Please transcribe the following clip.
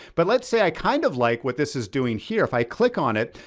but let's say i kind of like what this is doing here. if i click on it,